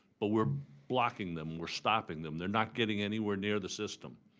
but we're blocking them. we're stopping them. they're not getting anywhere near the system.